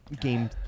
game